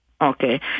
Okay